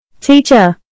Teacher